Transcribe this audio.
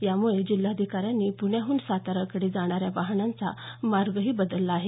यामुळे जिल्हाधिकाऱ्यांनी प्ण्याहून साताऱ्याकडे जाणाऱ्या वाहनांचा मार्गही बदलला आहे